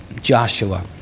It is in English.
Joshua